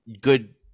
good